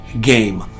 game